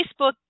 Facebook